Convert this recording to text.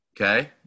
Okay